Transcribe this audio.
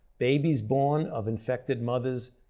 babies born of infected mothers,